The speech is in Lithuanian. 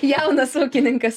jaunas ūkininkas